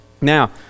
Now